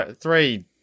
three